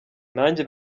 nanjye